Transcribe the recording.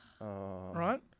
right